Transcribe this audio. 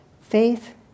faith